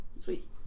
Sweet